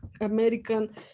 American